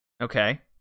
Okay